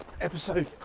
episode